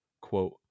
Quote